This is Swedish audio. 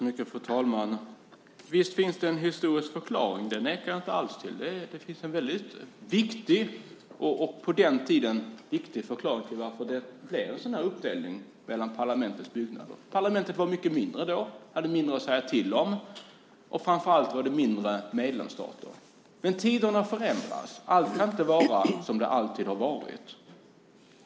Fru talman! Visst finns det en historisk förklaring. Det nekar jag inte alls till. Det finns en på den tiden väldigt viktig förklaring till att det blev en sådan uppdelning mellan parlamentets byggnader. Parlamentet var mycket mindre då och hade mindre att säga till om, och framför allt var det färre medlemsstater. Men tiderna förändras. Allt kan inte vara som det alltid har varit.